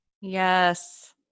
Yes